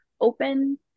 open